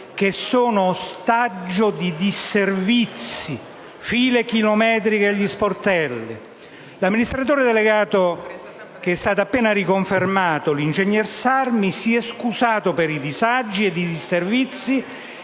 sono ostaggio di disservizi, di file chilometriche agli sportelli. L'amministratore delegato, appena riconfermato, l'ingegnere Sarmi, si è scusato per i disagi e i disservizi